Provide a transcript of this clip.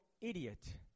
idiot